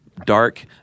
Dark